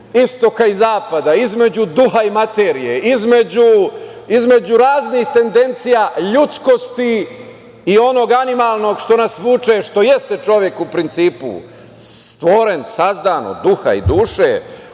istoka i zapada, između duha i materije, između raznih tendencija ljudskosti i onog animalnog što nas vuče, što jeste čovek u principu, stvoren, sazdan od duha i duše,